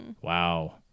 Wow